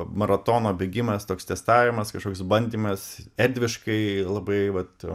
maratono bėgimas toks testavimas kažkoks bandymas erdviškai labai vat